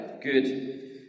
Good